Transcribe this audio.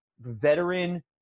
veteran